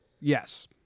Yes